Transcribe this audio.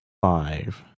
five